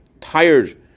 tired